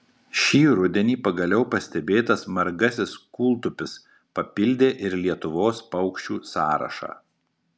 šį rudenį pagaliau pastebėtas margasis kūltupis papildė ir lietuvos paukščių sąrašą